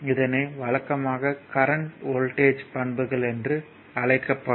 இதனை வழக்கமான current voltage பண்புகள் என்று அழைக்கப்படும்